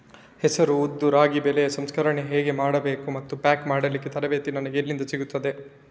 ಹೆಸರು, ಉದ್ದು, ರಾಗಿ ಬೆಳೆಯ ಸಂಸ್ಕರಣೆ ಹೇಗೆ ಮಾಡಬೇಕು ಮತ್ತು ಪ್ಯಾಕ್ ಮಾಡಲಿಕ್ಕೆ ತರಬೇತಿ ನನಗೆ ಎಲ್ಲಿಂದ ಸಿಗುತ್ತದೆ?